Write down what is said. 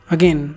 Again